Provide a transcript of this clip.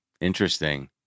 Interesting